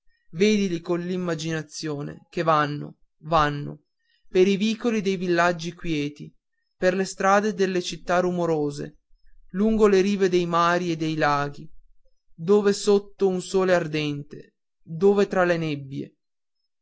paesi vedili con l'immaginazione che vanno vanno per i vicoli dei villaggi quieti per le strade delle città rumorose lungo le rive dei mari e dei laghi dove sotto un sole ardente dove tra le nebbie